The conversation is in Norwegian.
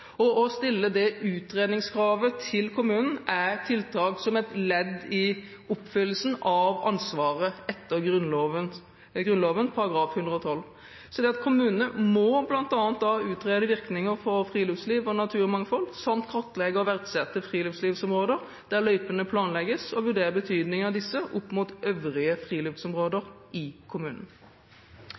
og naturmangfold samt kartlegge og verdsette friluftslivsområder der løypene planlegges, og vurdere betydningen av disse opp mot øvrige friluftsområder i kommunen.